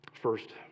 First